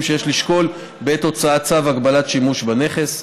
שיש לשקול בעת הוצאת צו הגבלת שימוש בנכס.